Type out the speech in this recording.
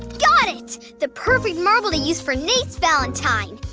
got it! the perfect marble to use for nate's valentine.